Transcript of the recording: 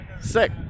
sick